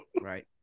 right